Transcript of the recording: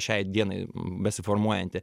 šiai dienai besiformuojanti